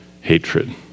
hatred